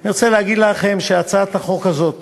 ואני רוצה להגיד לכם שהצעת החוק הזאת